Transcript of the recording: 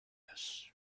this